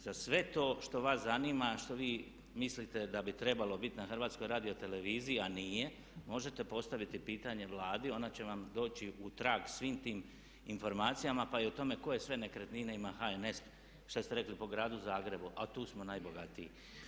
Za sve to što vas zanima, što vi mislite da bi trebalo biti na HRT-u a nije, možete postaviti pitanje Vladi, ona će vam doći u trag svim tim informacijama pa i o tome koje sve nekretnine ima HNS, šta ste rekli po gradu Zagrebu a tu smo najbogatiji.